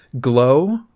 Glow